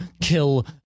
kill